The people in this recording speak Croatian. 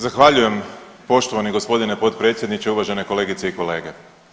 Zahvaljujem poštovani g. potpredsjedniče, uvažene kolegice i kolege.